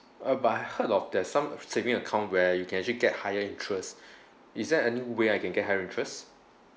uh but I heard of that some saving account where you can actually get higher interest is there any way I can get higher interest